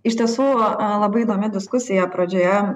iš tiesų labai įdomi diskusija pradžioje